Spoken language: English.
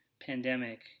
pandemic